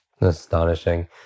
astonishing